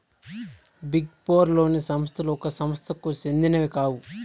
big four లోని సంస్థలు ఒక సంస్థకు సెందినవి కావు